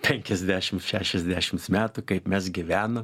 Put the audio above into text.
penkiasdešimt šešiasdešimts metų kaip mes gyvenom